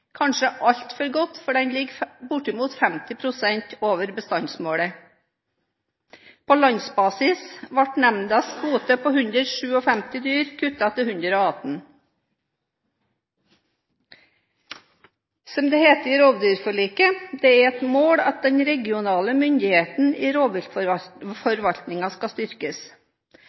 kanskje altfor godt, for den ligger bortimot 50 pst. over bestandsmålet. På landsbasis ble nemndas kvote på 157 dyr kuttet til 118. Som det heter i rovdyrforliket: «Det er et mål at den regionale myndigheten i rovviltforvaltningen skal styrkes.